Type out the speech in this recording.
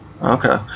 Okay